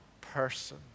person